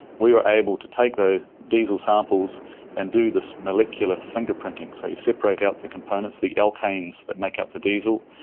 we were able to take those diesel samples and do this molecular fingerprinting. so you separate out the components, the alkanes that make up the diesel,